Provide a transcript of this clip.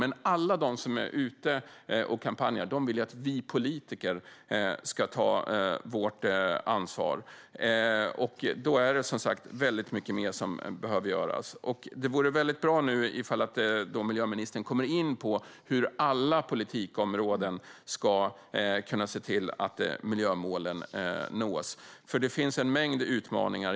Men alla de som är ute och kampanjar vill att vi politiker ska ta vårt ansvar, och då är det som sagt väldigt mycket mer som behöver göras. Det vore väldigt bra ifall miljöministern kommer in på hur miljömålen ska kunna nås på alla politikområden, för det finns en mängd utmaningar.